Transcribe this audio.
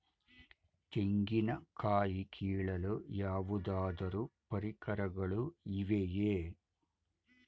ತೆಂಗಿನ ಕಾಯಿ ಕೀಳಲು ಯಾವುದಾದರು ಪರಿಕರಗಳು ಇವೆಯೇ?